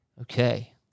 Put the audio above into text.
Okay